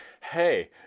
Hey